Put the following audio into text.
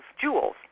jewels